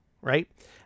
Right